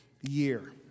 year